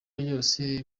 byose